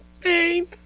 pain